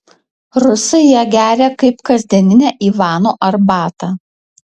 rusai ją geria kaip kasdieninę ivano arbatą